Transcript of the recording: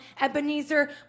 Ebenezer